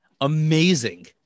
amazing